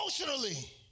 emotionally